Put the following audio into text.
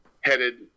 headed